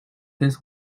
this